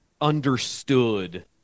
understood